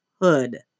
hood